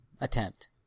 attempt